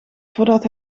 voordat